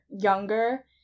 younger